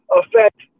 affect